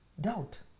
Doubt